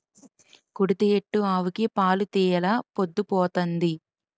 కుడితి ఎట్టు ఆవుకి పాలు తీయెలా పొద్దు పోతంది